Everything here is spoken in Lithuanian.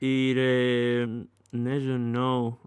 ir nežinau